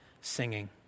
singing